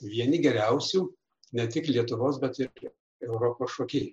vieni geriausių ne tik lietuvos bet ir europos šokėjų